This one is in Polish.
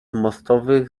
mostowych